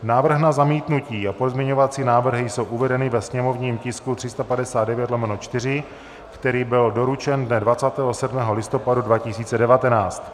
Návrh na zamítnutí a pozměňovací návrhy jsou uvedeny ve sněmovním tisku 359/4, který byl doručen dne 27. listopadu 2019.